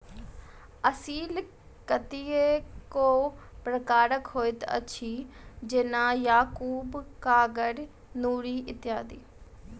असील कतेको प्रकारक होइत अछि, जेना याकूब, कागर, नूरी इत्यादि